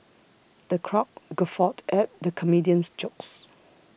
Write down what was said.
the crowd guffawed at the comedian's jokes